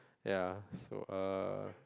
ya so err